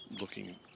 looking